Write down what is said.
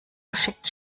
geschickt